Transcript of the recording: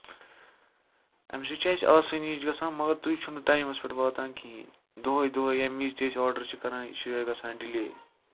اَمہِ سۭتۍ چھےٚ اَسہِ آسٲنۍ ہِش گژھان مَگر تُہۍ چھِو نہٕ ٹایمَس پٮ۪ٹھ واتان کِہینۍ دوہوے دوہوے ییٚمہِ وِزِ تہِ أسۍ آڈر چھِ کران یہِ چھُ یِہوے گژھان ڈِلے